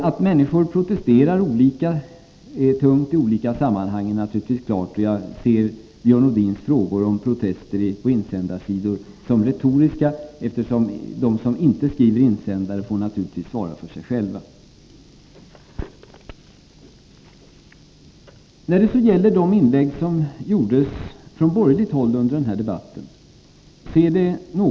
Att människor protesterar olika tungt i olika sammanhang är naturligtvis klart. Jag ser frågorna om protester på insändarsidor som retoriska, eftersom de som inte skriver insändare naturligtvis får svara för sig själva.